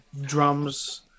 drums